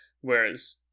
whereas